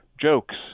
jokes